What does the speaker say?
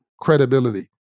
credibility